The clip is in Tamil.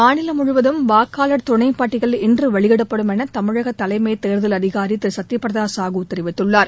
மாநிலம் முழுவதும் வாக்காளர் துணைப்பட்டியல் இன்று வெளியிடப்படும் என தமிழகத் தலைமைத் தேர்தல் அதிகாரி திரு சத்ய பிரத சாஹூ தெரிவித்துள்ளார்